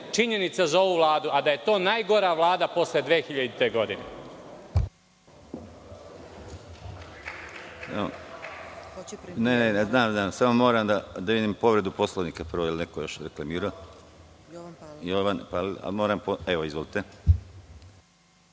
činjenica za ovu Vladu, a da je to najgora Vlada posle 2000. godine.